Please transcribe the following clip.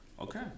Okay